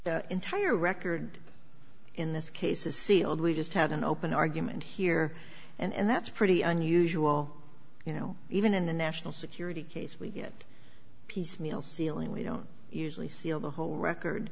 the entire record in this case is sealed we just had an open argument here and that's pretty unusual you know even in the national security case we get piecemeal sealing we don't usually seal the whole record